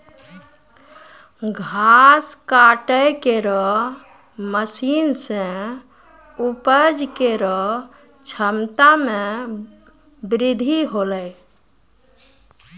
घास काटै केरो मसीन सें उपज केरो क्षमता में बृद्धि हौलै